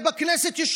הכנסת מנעה ממנו?